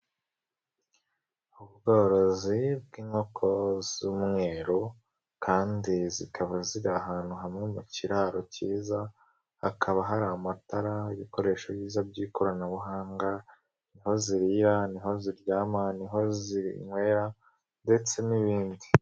Ubworozi bw'inkoko z'umweru kandi zikaba ziri ahantu hamwe mu kiraro cyiza, hakaba hari amatara, ibikoresho biza by'ikoranabuhanga, niho zirira, niho ziryama, niho zinywera ndetse n'ibindi.